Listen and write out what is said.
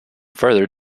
further